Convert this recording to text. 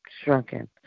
shrunken